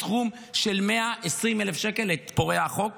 בסכום של 120,000 שקל את פורע החוק